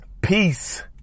Peace